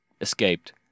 escaped